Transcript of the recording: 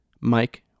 Mike